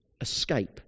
escape